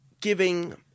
giving